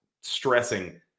stressing